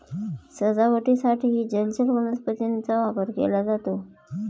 सजावटीसाठीही जलचर वनस्पतींचा वापर केला जातो